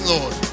Lord